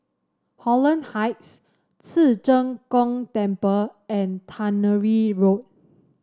Holland Heights Ci Zheng Gong Temple and Tannery Road